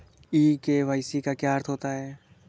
ई KYC का क्या अर्थ होता है?